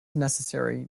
necessary